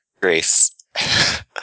grace